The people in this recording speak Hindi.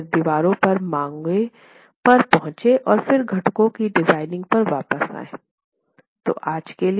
फिर दीवारों पर मांगों पर पहुंचे और फिर घटकों की डिज़ाइनिंग पर वापस आएँगे